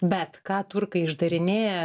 bet ką turkai išdarinėja